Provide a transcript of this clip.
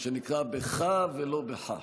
בח'א ולא בחא.